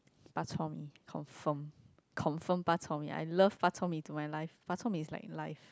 bak-chor-mee confirm confirm bak-chor-mee I love bak-chor-mee to my life bak-chor-mee is like life